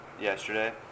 yesterday